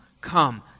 come